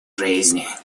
жизни